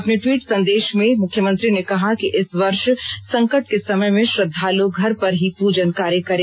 अपने ट्वीट संदेष में मुख्यमंत्री ने कहा कि इस वर्ष संकट के समय में श्रद्वाल् घर पर ही पूजन कार्य करें